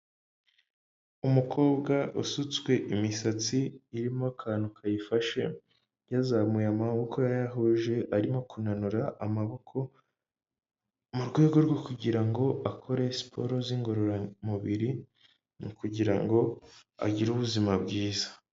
Umukobwa usutswe imisatsi irimo akantu kayifashe, yazamuye amaboko yayahuje, arimo kunanura amaboko mu rwego rwo kugira ngo akore siporo z'ingororamubiri mu kugira ngo agire ubuzima bwiza.